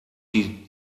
die